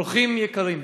אורחים יקרים,